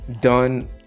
done